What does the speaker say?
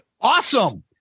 Awesome